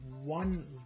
one